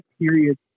period